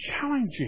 challenging